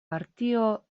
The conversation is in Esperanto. partio